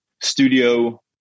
studio